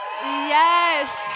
Yes